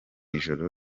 ijoro